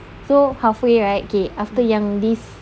so halfway right gay after young lives